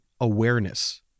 awareness